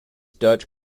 dutch